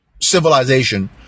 civilization